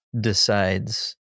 decides